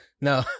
no